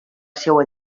seua